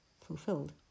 fulfilled